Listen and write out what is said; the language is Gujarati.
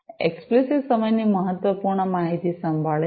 એક્સ્પ્લિસિત સમયની મહત્વપૂર્ણ માહિતી સંભાળે છે